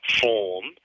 form